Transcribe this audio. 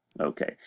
Okay